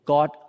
God